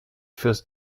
fürs